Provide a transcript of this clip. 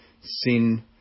sin